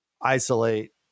isolate